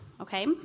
Okay